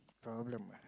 problem ah